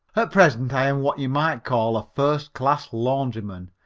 at present i am what you might call a first class laundryman,